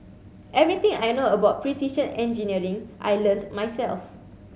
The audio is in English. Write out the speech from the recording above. everything I know about precision engineering I learnt myself